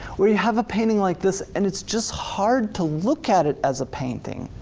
we have a painting like this and it's just hard to look at it as a painting,